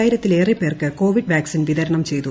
ആയിരത്തിലേറെ പേർക്ക് Covid vaccine വിതരണം ചെയ്തു